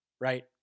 right